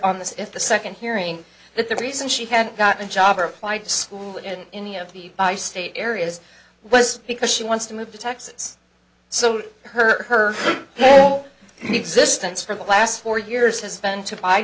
on this if the second hearing that the reason she had got a job or applied to school in any of the by state areas was because she wants to move to texas so her existence for the last four years has been to buy